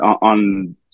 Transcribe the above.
on